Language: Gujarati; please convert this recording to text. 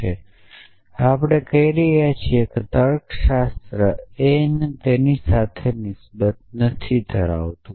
હવે આપણે કહી રહ્યા છીએ કે તર્કશાસ્ત્ર એ તેના સાથે નિસ્બત નથી ધરાવતું